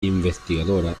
investigadora